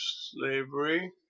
Slavery